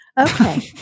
Okay